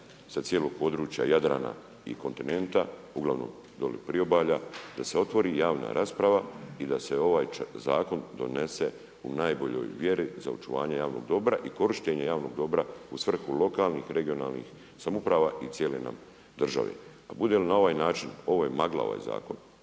sa cijelog područja Jadrana i kontinenta, uglavnom dolje priobalja, da se otvori javna rasprava i da se ovaj zakon donese u najboljoj vjeri za očuvanje javnog dobra i korištenje javnog dobra u svrhu lokalnih, regionalnih samouprava i cijele nam države. A bude li na ovaj način, ovo je magla, ovaj zakon